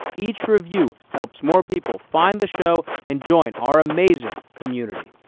each review helps more people find the show and join our amazing community.